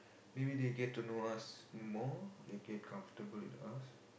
maybe they get to know us more they get comfortable with us